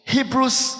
Hebrews